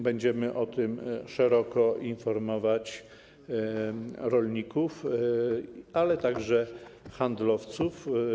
Będziemy o tym szeroko informować rolników, ale także handlowców.